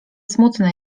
smutny